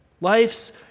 Life's